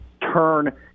turn